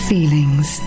Feelings